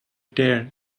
tear